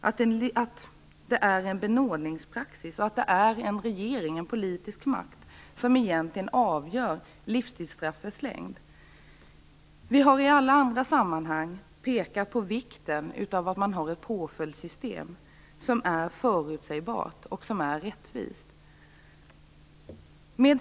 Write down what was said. Nu finns en benådningspraxis, och det är en regering, en politisk makt som egentligen avgör livstidsstraffets längd. Vi har i alla andra sammanhang pekat på vikten av att ha ett påföljdssystem som är förutsägbart och rättvist.